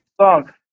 song